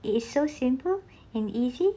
it is so simple and easy